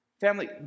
Family